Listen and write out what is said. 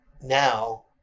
now